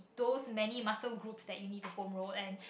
those many muscle groups that you need to foam roll and